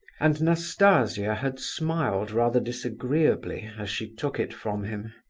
and nastasia had smiled rather disagreeably as she took it from him.